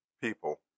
people